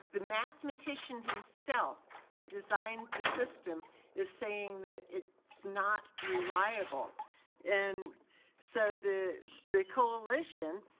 the mathematician himself who designed the system is saying that it's not reliable and so the the coalition,